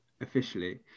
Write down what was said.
officially